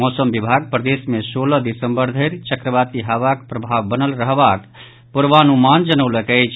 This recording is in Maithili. मौसम विभाग प्रदेश मे सोलह दिसम्बर धरि चक्रवाती हवाक प्रभाव बनल रहबाक पूर्वानुमान जनौलक अछि